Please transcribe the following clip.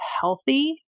healthy